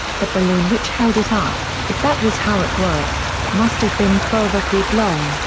the balloon which held it up, if that was how it worked, must have been twelve feet long,